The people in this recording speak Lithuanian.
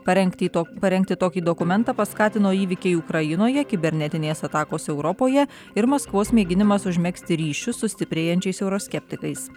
parengti to parengti tokį dokumentą paskatino įvykiai ukrainoje kibernetinės atakos europoje ir maskvos mėginimas užmegzti ryšius su stiprėjančiais euroskeptikais